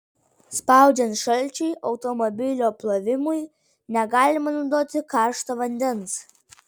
spaudžiant šalčiui automobilio plovimui negalima naudoti karšto vandens